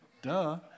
duh